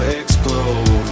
explode